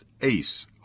ACE